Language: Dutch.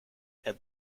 het